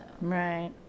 right